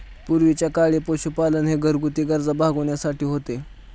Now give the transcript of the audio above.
पूर्वीच्या काळी पशुपालन हे घरगुती गरजा भागविण्यासाठी होते